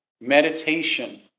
meditation